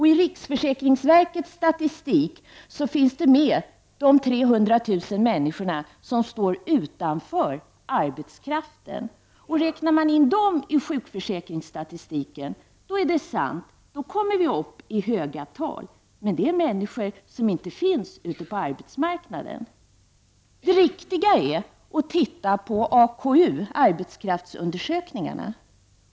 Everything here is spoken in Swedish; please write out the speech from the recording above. I riksförsäkringsverkets statistik finns de 300 000 människor med som står utanför arbetsmarknaden. Räknar man in dessa människor i sjukförsäkringsstatistiken, då är det sant, då kommer vi upp i höga tal, men detta är fråga om människor som inte finns ute på arbetsmarknaden. Det riktiga är att titta på AKU, arbetskraftsundersökningarna.